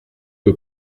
que